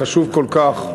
החשוב כל כך,